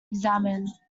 examine